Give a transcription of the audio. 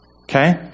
Okay